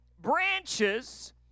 branches